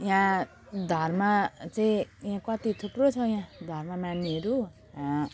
यहाँ धर्म चाहिँ यहाँ कति थुप्रै छ यहाँ धर्म मान्नेहरू